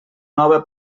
nova